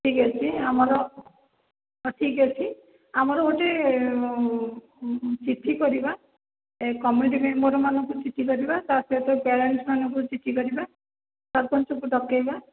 ଠିକ୍ ଅଛି ଆମର ହଁ ଠିକ୍ ଅଛି ଆମର ଗୋଟେ ଚିଠି କରିବା ଏ କମିଟି ମେମ୍ବର୍ମାନଙ୍କୁ ଚିଠି କରିବା ତା ସହିତ ପ୍ୟରେନ୍ସମାନଙ୍କୁ ଚିଠି କରିବା ସରପଞ୍ଚକୁ ଡକାଇବା